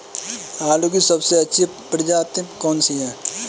आलू की सबसे अच्छी प्रजाति कौन सी है?